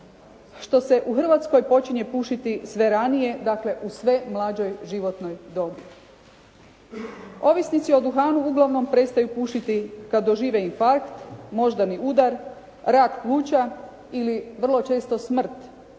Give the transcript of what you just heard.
što se u Hrvatskoj počinje pušiti sve ranije dakle u sve mlađoj životnoj dobi. Ovisnici o duhanu uglavnom prestaju pušiti kad dožive infarkt, moždani udar, rak pluća ili vrlo često smrt